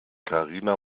karina